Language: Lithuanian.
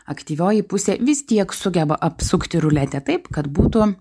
aktyvioji pusė vis tiek sugeba apsukti ruletę taip kad būtų